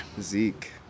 Zeke